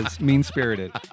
mean-spirited